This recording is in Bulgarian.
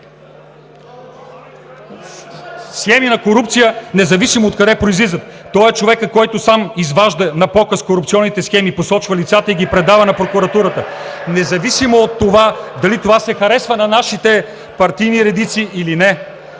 …на корупция, независимо откъде произлизат. Той е човекът, който сам изважда на показ корупционните схеми, посочва лицата и ги предава на прокуратурата, независимо дали това се харесва на нашите партийни редици, или не!